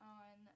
on